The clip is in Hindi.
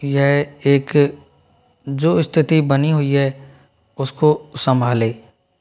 यह एक जो स्थिति बनी हुई है उसको संभाले